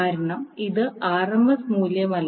കാരണം ഇത് ആർഎംഎസ് മൂല്യമല്ല